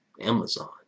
Amazon